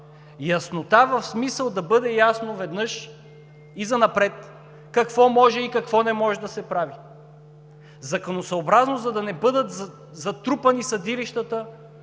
Яснота в смисъл да бъде ясно веднъж и занапред какво може и какво не може да се прави. Законосъобразност, за да не бъдат затрупани съдилищата